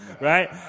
Right